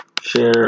share